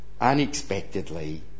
unexpectedly